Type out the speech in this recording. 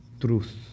truth